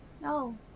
No